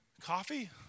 Coffee